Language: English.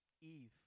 Eve